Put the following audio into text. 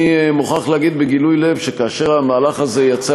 אני מוכרח להגיד בגילוי לב שכאשר המהלך הזה יצא